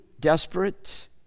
desperate